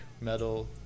metal